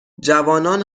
جوانان